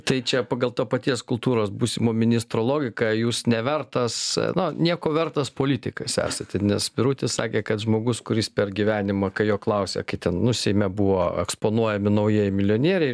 tai čia pagal to paties kultūros būsimo ministro logiką jūs nevertas na nieko vertas politikas esate nes birutis sakė kad žmogus kuris per gyvenimą kai jo klausė kai ten nu seime buvo eksponuojami naujieji milijonieriai